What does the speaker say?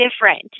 different